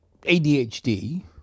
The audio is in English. ADHD